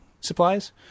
supplies